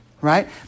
Right